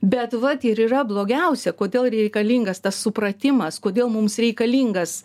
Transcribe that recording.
bet vat ir yra blogiausia kodėl reikalingas tas supratimas kodėl mums reikalingas